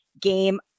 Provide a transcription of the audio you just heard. game